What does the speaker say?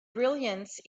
brilliance